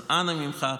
אז אנא ממך,